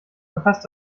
verpasst